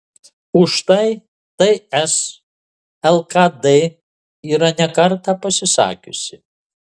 už tai ts lkd yra ne kartą pasisakiusi